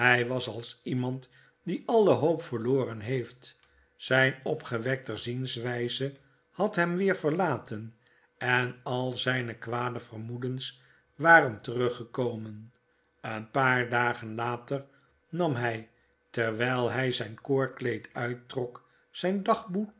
was als iemand die alle hoop verloren heeft zyn opgewekter zienswyze had hem weer verlaten en al zyne kwade vermoedens waren teruggekomen een paar dagen later nam hy terwyl hy zyn koorkleed uittrok zyn dagboek